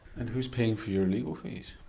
and who's paying for your legal fees?